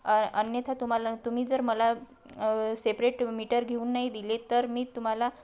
अन् अन्यथा तुम्हाला तुम्ही जर मला सेपरेट मीटर घेऊन नाही दिले तर मी तुम्हाला